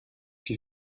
die